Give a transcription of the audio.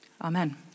Amen